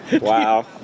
Wow